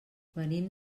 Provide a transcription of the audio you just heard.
venim